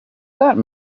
that